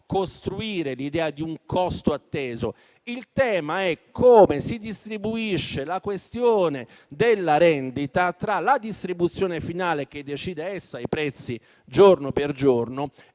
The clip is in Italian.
costruire l'idea di un costo atteso, ma il tema è come si distribuisce la questione della rendita tra la distribuzione finale, che decide i prezzi giorno per giorno, e